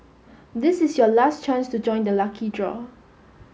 this is your last chance to join the lucky draw